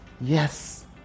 yes